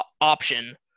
option